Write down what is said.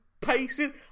pacing